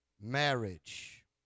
Marriage